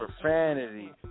profanity